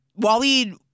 Waleed